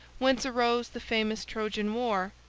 whence arose the famous trojan war,